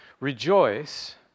Rejoice